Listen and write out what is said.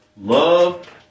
love